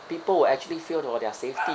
people will actually fear for their safety